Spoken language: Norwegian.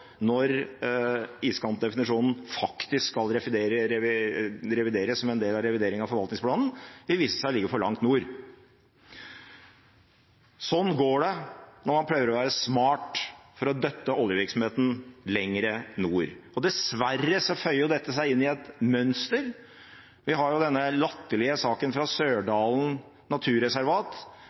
når iskantdefinisjonen faktisk skal revideres, som en del av revidering av forvaltningsplanen – vil vise seg å ligge for langt nord. Sånn går det når man prøver å være smart for å dytte oljevirksomheten lenger nord. Dessverre føyer dette seg inn i et mønster. Vi har denne latterlige saken fra Sørdalen naturreservat,